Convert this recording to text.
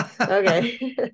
Okay